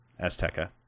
Azteca